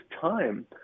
time